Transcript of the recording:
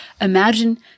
Imagine